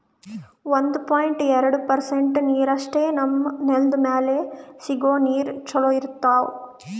ಒಂದು ಪಾಯಿಂಟ್ ಎರಡು ಪರ್ಸೆಂಟ್ ನೀರಷ್ಟೇ ನಮ್ಮ್ ನೆಲ್ದ್ ಮ್ಯಾಲೆ ಸಿಗೋ ನೀರ್ ಚೊಲೋ ಇರ್ತಾವ